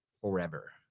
forever